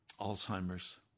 Alzheimer's